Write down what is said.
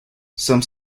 some